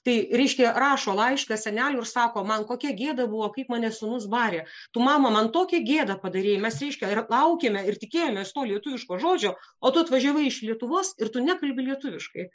tai reiškia rašo laišką seneliui ir sako man kokia gėda buvo kaip mane sūnaus barė tu mama man tokią gėdą padarei mes reiškia laukėme ir tikėjomės to lietuviško žodžio o tu atvažiavai iš lietuvos ir tu nekalbi lietuviškai